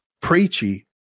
preachy